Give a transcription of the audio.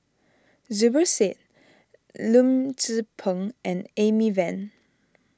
Zubir Said Lim Tze Peng and Amy Van